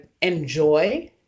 enjoy